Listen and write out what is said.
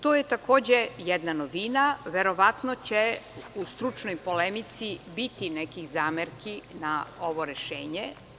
To je takođe jedna novina, verovatno će u stručnoj polemici biti nekih zamerki i na ovo rešenje.